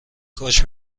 کاش